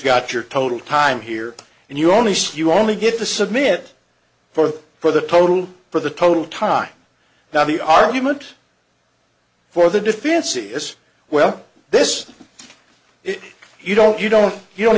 got your total time here and you only say you only get the submit four for the total for the total time now the argument for the deficiency is well this if you don't you don't you don't